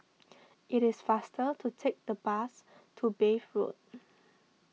it is faster to take the bus to Bath Road